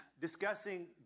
discussing